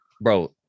bro